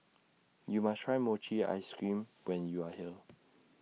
YOU must Try Mochi Ice Cream when YOU Are here